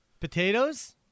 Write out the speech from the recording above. Potatoes